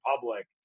public